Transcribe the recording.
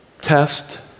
test